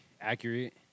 accurate